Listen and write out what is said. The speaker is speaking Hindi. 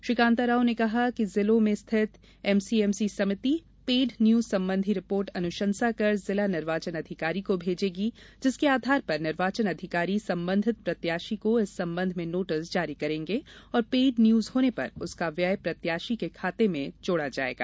श्री कांताराव ने कहा कि जिलों में स्थित एमसीएमसी समिति पेड न्यूज संबंधी रिपोर्ट अनुशंसा कर जिला निर्वाचन अधिकारी को भेजेगी जिसके आधार पर निर्वाचन अधिकारी संबंधित प्रत्याशी को इस संबंध में नोटिस जारी करेंगे और पेड न्यूज होने पर उसका व्यय प्रत्याशी के खाते में जोड़ा जाएगा